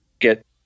get